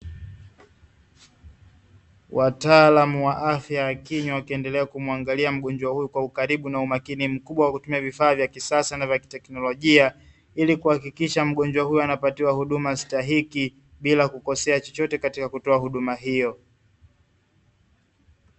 Wataalamu wa afya ya kinywa wakiendelea kumuangalia mgonjwa huyo kwa ukaribu na umakini mkubwa kwa kutumia vifaa vya kisasa na vya kiteknolojia, ili kuhakikisha mgonjwa huyo anapatiwa huduma stahiki bila kukosea chochote katika kutoa huduma hiyo.